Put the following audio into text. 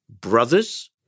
brothers